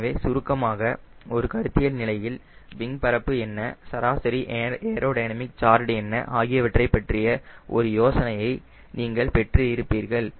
எனவே சுருக்கமாக ஒரு கருத்தியல் நிலையில் விங் பரப்பு என்ன சராசரி ஏரோடினமிக் கார்டு என்ன ஆகியவற்றைப் பற்றிய ஒரு யோசனையை நீங்கள் பெற்று இருப்பீர்கள்